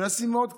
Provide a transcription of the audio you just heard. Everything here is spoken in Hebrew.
מנסים עוד קצת.